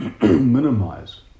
minimize